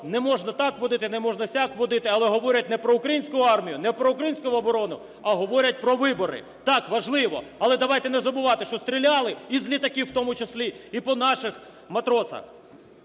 не можна так вводити, не можна сяк вводити. Але говорять не про українську армію, не про українську оборону, а говорять про вибори. Так, важливо! Але давайте не забувати, що стріляли і з літаків в тому числі, і по наших матросах.